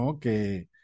que